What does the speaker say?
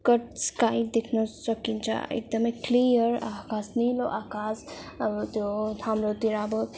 cut sky देख्न सकिन्छ एकदमै क्लियर आकाश निलो आकाश अब त्यो हाम्रोतिर अब